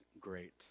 great